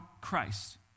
Christ